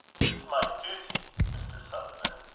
it's my duty, mr. sutherland,